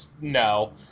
no